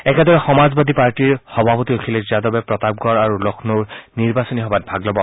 একেদৰে সমাজবাদী পাৰ্টীৰ সভাপতি অখিলেশ যাদৱে প্ৰতাপগড় আৰু লক্ষ্ণৌৰ নিৰ্বাচনী সভাত ভাগ লব